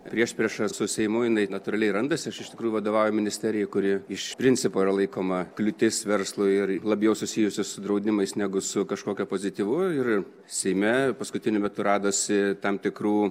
priešprieša su seimu jinai natūraliai randasi aš iš tikrųjų vadovauju ministerijai kuri iš principo yra laikoma kliūtis verslui ir labiau susijusi su draudimais negu su kažkokia pozityvu ir seime paskutiniu metu radosi tam tikrų